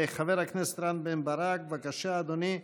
חבר הכנסת רם בן ברק, בבקשה, אדוני.